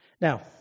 Now